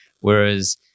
whereas